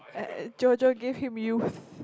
eh JoJo gave him youth